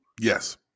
Yes